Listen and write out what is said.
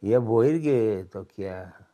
jie buvo irgi tokie